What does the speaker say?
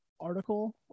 article